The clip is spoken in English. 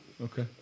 Okay